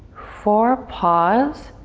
four. pause,